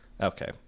Okay